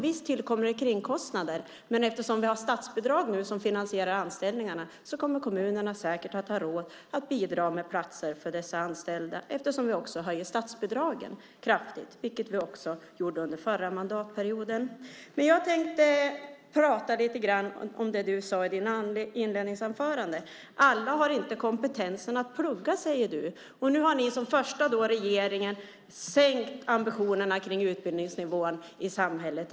Visst tillkommer kringkostnader, men eftersom vi nu har statsbidrag som finansierar anställningarna kommer kommunerna säkert att ha råd att bidra med platser för dessa anställda. Vi höjer ju också statsbidragen kraftigt, vilket vi även gjorde under den förra mandatperioden. Jag tänker på det Roger Tiefensee sade i sitt inledningsanförande. Alla har inte kompetensen att plugga, säger han. Ni har nu som första regering sänkt ambitionerna för utbildningsnivån i samhället.